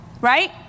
right